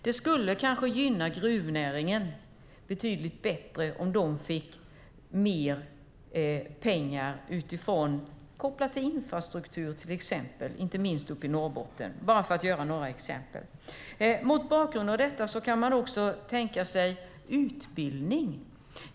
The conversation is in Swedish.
Det skulle kanske gynna gruvnäringen betydligt bättre om de fick mer pengar till exempel till infrastruktur, inte minst uppe i Norrbotten. Mot bakgrund av detta kan man också prata om utbildning.